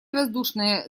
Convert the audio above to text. воздушное